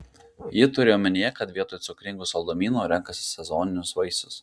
ji turi omenyje kad vietoj cukringų saldumynų renkasi sezoninius vaisius